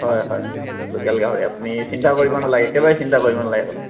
হয় হয় লোকেল গাহৰি আপুনি চিন্তা কৰিব নালাগে একেবাৰে চিন্তা কৰিব নালাগে আপুনি